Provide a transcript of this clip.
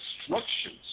instructions